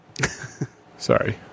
sorry